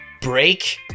break